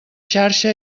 xarxa